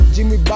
Jimmy